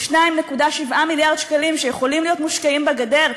ו-2.7 מיליארד שקלים שיכולים להיות מושקעים בגדר,